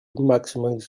maximize